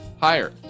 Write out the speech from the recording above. higher